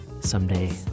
someday